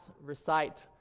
recite